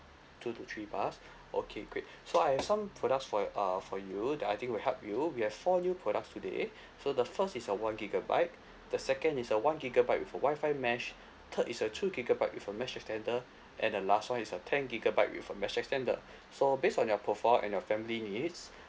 two to three bars okay great so I have some products for you uh for you that I think will help you we have four new products today so the first is a one gigabyte the second is a one gigabyte with a WI-FI mesh third is a two gigabyte with a mesh extender and the last one is a ten gigabyte with a mesh extender so based on your profile and your family needs